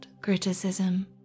criticism